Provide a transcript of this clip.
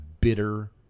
bitter